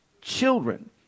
Children